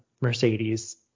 mercedes